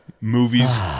movie's